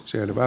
selvä